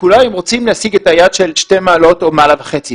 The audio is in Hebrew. כולם רוצים להשיג את היעד של שתי מעלות או מעלה וחצי.